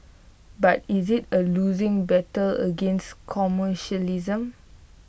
but is IT A losing battle against commercialism